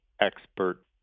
expert